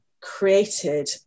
created